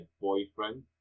boyfriend